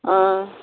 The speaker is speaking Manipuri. ꯑꯥ